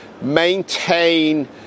maintain